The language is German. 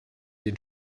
den